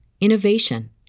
innovation